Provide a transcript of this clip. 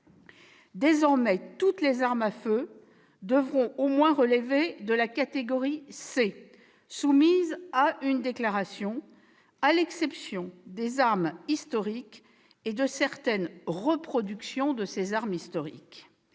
Désormais, toutes les armes à feu devront au moins relever de la catégorie C, soumise à une déclaration, à l'exception des armes historiques et de certaines reproductions de ces dernières.